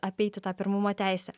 apeiti tą pirmumo teisę